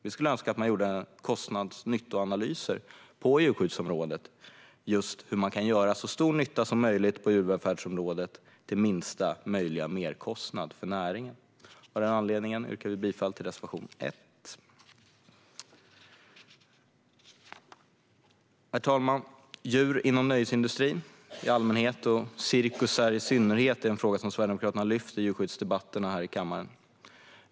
Vi skulle önska att man gjorde kostnads och nyttoanalyser på djurskyddsområdet av just hur man kan göra så stor nytta som möjligt på djurvälfärdsområdet till minsta möjliga merkostnad för näringen. Av den anledningen yrkar vi bifall till reservation 2. Herr talman! Djur inom nöjesindustrin i allmänhet och på cirkusar i synnerhet är en fråga som Sverigedemokraterna har lyft upp i djurskyddsdebatterna här i kammaren.